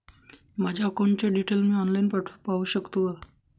माझ्या अकाउंटचे डिटेल्स मी ऑनलाईन पाहू शकतो का?